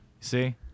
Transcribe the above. See